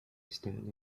stand